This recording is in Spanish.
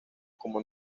como